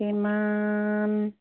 কিমান